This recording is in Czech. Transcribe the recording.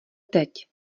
teď